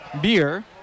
beer